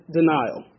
denial